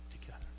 together